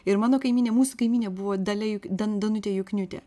ir mano kaimynė mūsų kaimynė buvo dalia juk dan danutė jukniūtė